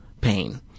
pain